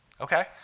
Okay